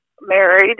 married